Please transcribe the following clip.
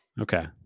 Okay